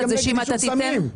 אני נגד עישון סמים.